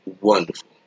wonderful